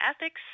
ethics